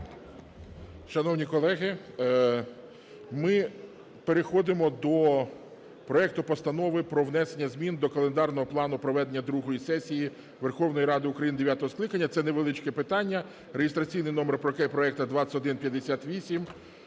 Шановні колеги, ми переходимо до проекту Постанови про внесення змін до календарного плану проведення другої сесії Верховної Ради України дев'ятого скликання, це невеличке питання, (реєстраційний номер проекту 2158).